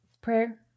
Prayer